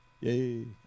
Yay